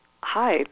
Hi